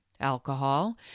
Alcohol